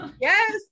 Yes